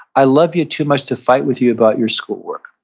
i love you too much to fight with you about your schoolwork,